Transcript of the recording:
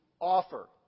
offer